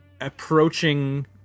approaching